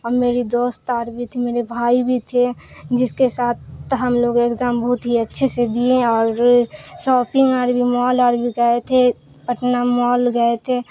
اور میری دوست اور بھی تھی میرے بھائی بھی تھے جس کے ساتھ ہم لوگ ایگزام بہت ہی اچھے سے دیے اور ساپنگ بھی مال اور بھی گئے تھے پٹنہ مال گئے تھے